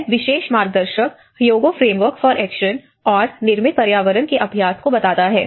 यह विशेष मार्गदर्शक ह्योगो फ्रेमवर्क फोर एक्शन और निर्मित पर्यावरण के अभ्यास को बताता है